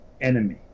enemy